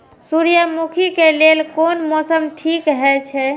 सूर्यमुखी के लेल कोन मौसम ठीक हे छे?